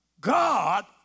God